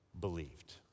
believed